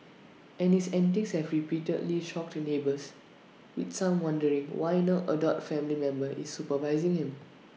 and his antics have repeatedly shocked neighbours with some wondering why no adult family member is supervising him